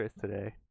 today